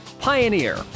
Pioneer